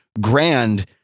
grand